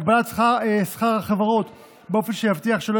הגבלת שכר החברות באופן שיבטיח כי לא